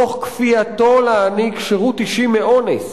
תוך כפייתו להעניק שירות אישי מאונס,